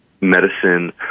medicine